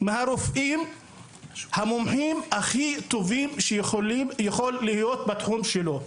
מהרופאים המומחים הכי טובים שיכולים להיות בתחום שלו.